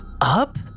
Up